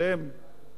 כמו שהם,